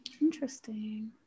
Interesting